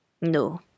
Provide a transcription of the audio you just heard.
No